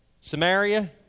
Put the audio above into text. Samaria